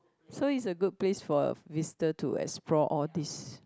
so is a good place for visitor to explore all this